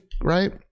right